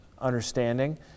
understanding